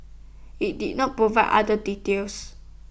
IT did not provide other details